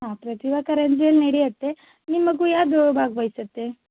ಹಾಂ ಪ್ರತಿಭಾ ಕಾರಂಜಿ ಇಲ್ಲಿ ನಡಿಯತ್ತೆ ನಿಮ್ಮ ಮಗು ಯಾವುದು ಭಾಗವಹಿಸತ್ತೆ